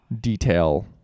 detail